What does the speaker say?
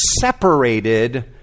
separated